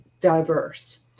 diverse